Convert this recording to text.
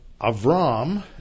Avram